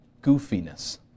goofiness